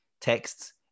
texts